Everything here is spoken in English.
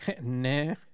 nah